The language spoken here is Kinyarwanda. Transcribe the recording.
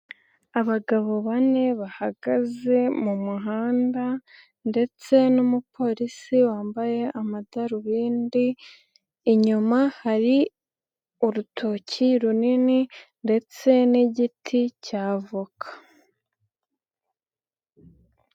Abagabo bane bahagaze mu muhanda ndetse n'umupolisi wambaye amadarubindi, inyuma hari urutoki runini ndetse n'igiti cya avoka,